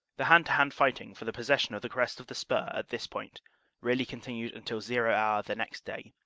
the hand-to-hand fighting for the possession of the crest of the spur at this point really continued until zero hour the next day,